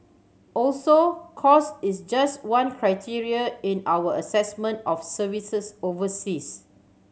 also cost is just one criteria in our assessment of services overseas